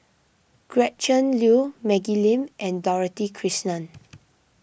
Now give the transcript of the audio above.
Gretchen Liu Maggie Lim and Dorothy Krishnan